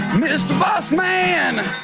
mister boss man,